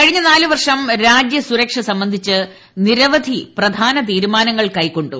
കഴിഞ്ഞ നാല് വർഷം രാജ്യ സുരക്ഷ സംബന്ധിച്ച് നിരവധി പ്രധാന തീരുമാനങ്ങൾ കൈക്കൊണ്ടു